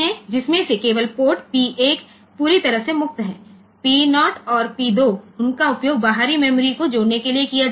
जिसमे से केवल पोर्ट P 1 पूरी तरह से मुक्त है P 0 और P 2 उनका उपयोग बाहरी मेमोरी को जोड़ने के लिए किया जाता है